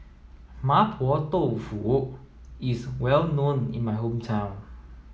Mapo Tofu is well known in my hometown